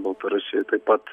baltarusijoj taip pat